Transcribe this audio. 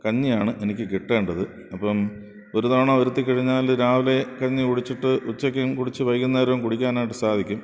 കഞ്ഞിയാണ് എനിക്ക് കിട്ടേണ്ടത് അപ്പോള് ഒരു തവണ വരുത്തിക്കഴിഞ്ഞാൽ രാവിലെ കഞ്ഞി കുടിച്ചിട്ട് ഉച്ചയ്ക്കും കുടിച്ചു വൈകുന്നേരവും കുടിക്കാനായിട്ട് സാധിക്കും